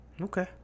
Okay